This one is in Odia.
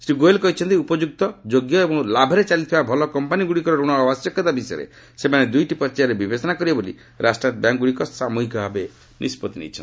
ଶ୍ରୀ ଗୋଏଲ୍ କହିଛନ୍ତି ଉପଯୁକ୍ତ ଯୋଗ୍ୟ ଏବଂ ଲାଭରେ ଚାଲିଥିବା ଭଲ କମ୍ପାନୀଗୁଡ଼ିକର ଋଣ ଆବଶ୍ୟକତା ବିଷୟରେ ସେମାନେ ଦୁଇଟି ପର୍ଯ୍ୟାୟରେ ବିବେଚନା କରିବେ ବୋଲି ରାଷ୍ଟ୍ରାୟତ୍ତ ବ୍ୟାଙ୍କ୍ଗୁଡ଼ିକ ସାମୃହିକ ଭାବେ ନିଷ୍ପଭି ନେଇଛନ୍ତି